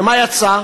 ומה יצא?